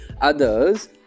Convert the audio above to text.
others